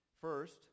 First